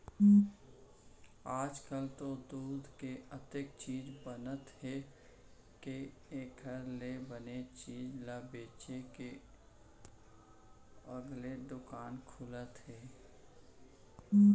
आजकाल तो दूद के अतका चीज बनत हे के एकर ले बने चीज ल बेचे के अलगे दुकान खुलत हे